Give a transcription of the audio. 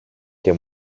και